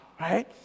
right